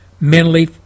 mentally